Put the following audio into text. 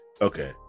Okay